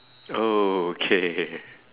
okay